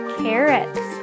carrots